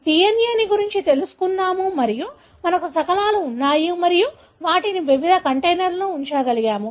మనము DNA ను గురించి తెలుసుకున్నాము మరియు మనకు శకలాలు ఉన్నాయి మరియు వాటిని వివిధ కంటైనర్లలో ఉంచగలుగుతాము